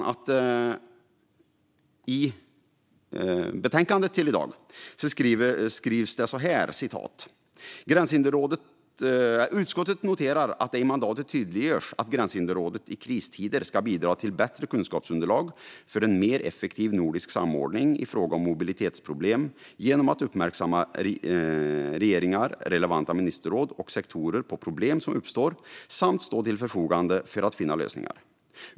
I dagens betänkande står det: "Utskottet noterar att det i mandatet tydliggörs att Gränshinderrådet i kristider ska bidra till ett bättre kunskapsunderlag för en mer effektiv nordisk samordning i fråga om mobilitetsproblem genom att uppmärksamma regeringar, relevanta ministerråd och sektorer på problem som uppstår samt stå till förfogande för att finna lösningar.